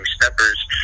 steppers